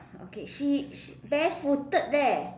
okay she's barefooted there